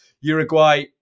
Uruguay